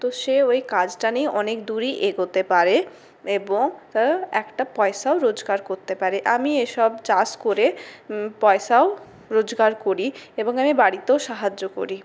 তো সে ওই কাজটা নিয়ে অনেক দূরই এগোতে পারে এবং তার একটা পয়সাও রোজগার করতে পারে আমি এসব চাষ করে পয়সাও রোজগার করি এবং আমি বাড়িতেও সাহায্য করি